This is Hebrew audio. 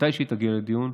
מתי שהיא תגיע לדיון,